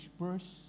verse